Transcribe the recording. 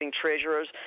treasurers